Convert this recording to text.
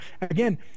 again